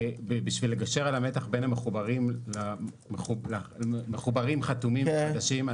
בשביל לגשר על המתח בין המחוברים לצרכנים החתומים החדשים,